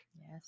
yes